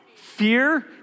fear